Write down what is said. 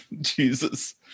Jesus